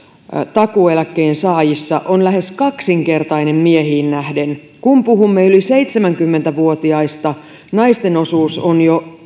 takuueläkkeen saajissa on lähes kaksinkertainen miehiin nähden kun puhumme yli seitsemänkymmentä vuotiaista naisten osuus on jo